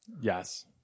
yes